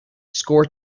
score